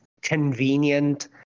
convenient